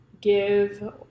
give